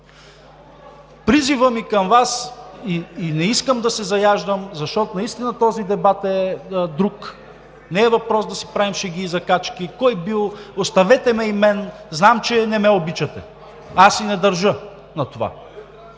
Призивът ми към Вас – и не искам да се заяждам, защото наистина този дебат е друг. Не е въпрос да си правим шеги и закачки, кой бил – оставете ме и мен. Знам, че не ме обичате. А и не държа на това.